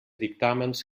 dictàmens